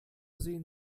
sehen